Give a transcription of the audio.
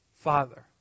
Father